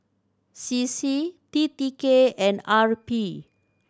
C C T T K and R P